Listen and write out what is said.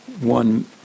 one